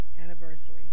anniversary